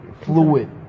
fluid